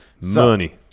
Money